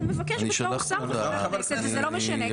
הוא מבקש כשר וכחבר כנסת וזה לא משנה.